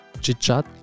chit-chat